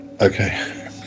Okay